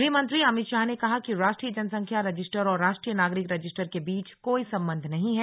गृहमंत्री अमित शाह ने कहा कि राष्ट्रीय जनसंख्या रजिस्टर और राष्ट्रीय नागरिक रजिस्टर के बीच कोई संबंध नहीं है